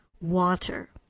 water